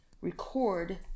record